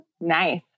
Nice